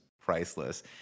priceless